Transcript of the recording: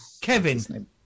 Kevin